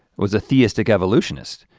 was a theistic evolutionist.